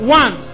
one